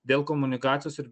dėl komunikacijos ir